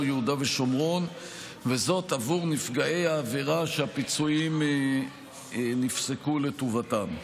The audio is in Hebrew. יהודה והשומרון עבור נפגעי העבירה שהפיצויים נפסקו לטובתם.